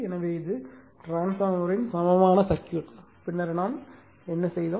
எனவே இது டிரான்ஸ்பார்மர்யின் சமமான சர்க்யூட் பின்னர் நாம் என்ன செய்தோம்